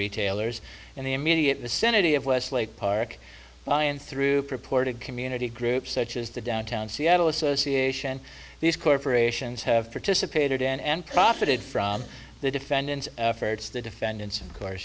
retailers in the immediate vicinity of westlake park lyon through purported community groups such as the downtown seattle association these corporations have participated in and profited from the defendant's efforts the defendants of course